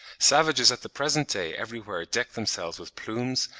savages at the present day everywhere deck themselves with plumes,